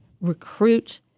recruit